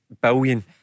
billion